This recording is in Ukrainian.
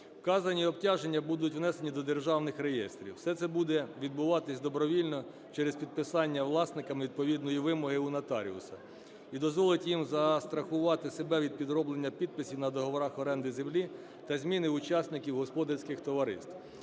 Вказані обтяження будуть внесені до державних реєстрів. Все це буде відбуватись добровільно, через підписання власником відповідної вимоги у нотаріуса, і дозволить їм застрахувати себе від підроблення підписів на договорах оренди землі та зміни учасників господарських товариств.